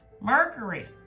Mercury